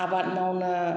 आबाद मावनो